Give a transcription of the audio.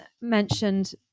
mentioned